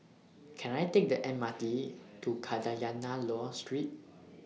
Can I Take The M R T to Kadayanallur Street